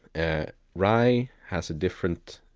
and rye has a different